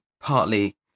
partly